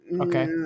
Okay